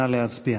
נא להצביע.